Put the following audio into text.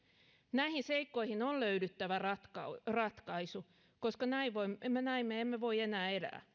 näihin seikkoihin on löydyttävä ratkaisu ratkaisu koska näin me emme voi enää elää